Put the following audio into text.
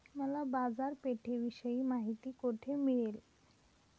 मला बाजारपेठेविषयी माहिती कोठे मिळेल?